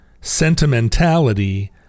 sentimentality